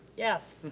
yes, and